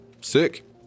Sick